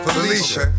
Felicia